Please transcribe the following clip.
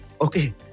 okay